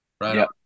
Right